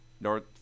North